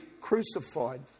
crucified